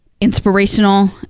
inspirational